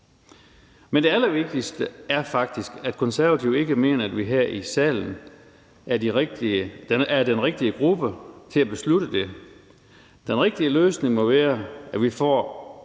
Men det allervigtigste er faktisk, at Konservative ikke mener, at vi her i salen er den rigtige gruppe til at beslutte det. Den rigtige løsning må være, at vi får